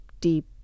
deep